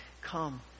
come